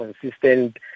consistent